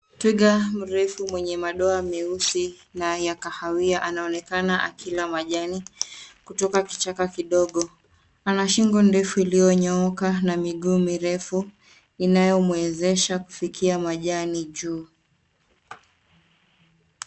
Twiga mrefu mwenye madoa meusi na ya kahawia anaonekana akila majani kutoka kichaka kidogo. Ana shingo ndefu iliyonyooka na miguu mirefu inayomwezesha kufikia majani juu.